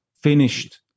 finished